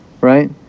Right